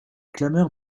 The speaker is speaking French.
clameurs